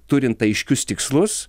turint aiškius tikslus